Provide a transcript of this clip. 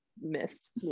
missed